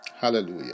Hallelujah